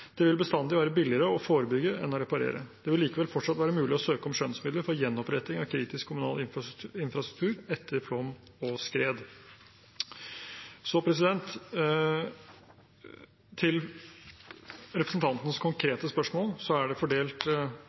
Det vil bestandig være billigere å forebygge enn å reparere. Det vil likevel fortsatt være mulig å søke om skjønnsmidler for gjenoppretting av kritisk kommunal infrastruktur etter flom og skred. Så til representantens konkrete spørsmål: Det er fordelt